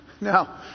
Now